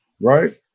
right